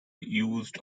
used